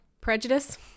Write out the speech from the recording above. prejudice